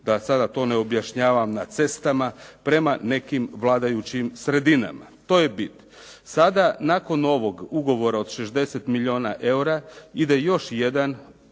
da sada to ne objašnjavam, na cestama prema nekim vladajućim sredinama. To je bit. Sada nakon ovog ugovora od 60 milijuna eura ide još jedan